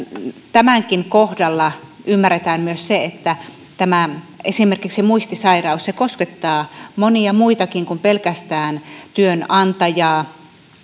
tämänkin kohdalla ymmärretään myös se että esimerkiksi tämä muistisairaus koskettaa monia muitakin kuin pelkästään työnantajaa